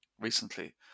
recently